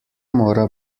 mora